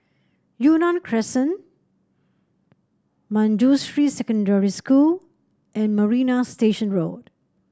Yunnan Crescent Manjusri Secondary School and Marina Station Road